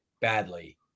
badly